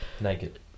naked